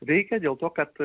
reikia dėl to kad